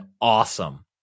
awesome